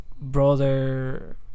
brother